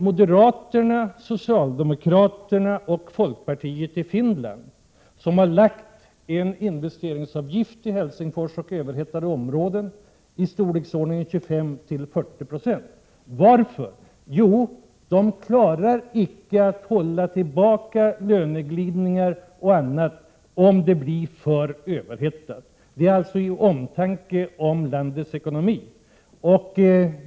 Moderaterna, socialdemokraterna och folkpartiet i Finland har lagt en investeringsavgift i Helsingforsområdet och i överhettade områden i Prot. 1987/88:86 storleksordningen 25-40 26. Varför? Jo, de klarar icke att hålla tillbaka 17 mars 1988 löneglidningar och annat om det blir för överhettat. Det är alltså med omtanke om landets ekonomi.